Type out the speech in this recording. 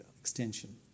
extension